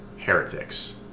heretics